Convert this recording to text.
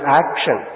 action